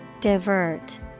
Divert